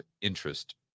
interest